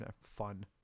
fun